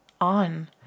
on